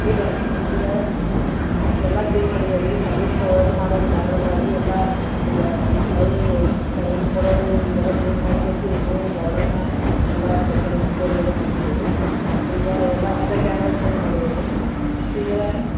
ಈಗ ಈಗ ಎಲ್ಲ ಚೇಂಜ್ ಮಾಡಿದೇವೆ ರೀ ಈಗ ಸರ್ವಿಸ್ ಪ್ರೊವೈಡ್ರ್ ಮಾಡೋರು ಬೇರೆವ್ರ ರೀ ಎಲ್ಲ ಈಗ ಹಳೆಯ ಸರ್ವಿಸ್ ಕೊಡೋರು ಈಗೆಲ್ಲ ಚೇಂಜ್ ಮಾಡ್ಕೇಸಿ ನ್ಯೂ ಮಾಡರ್ನ ಎಲ್ಲ ಸ್ಪೆಷಲಿಸ್ಟ್ ಅವರಿಗೆಲ್ಲ ಕರ್ಸಿದೇವೆ ರೀ ಈಗ ಎಲ್ಲ ಹೊಸ ಕ್ಯಾನ್ಗಳು ಚೇಂಜ್ ಮಾಡಿದೇವೆ ರೀ ಈಗ